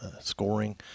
scoring